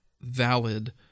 valid